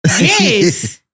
Yes